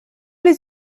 les